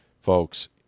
folks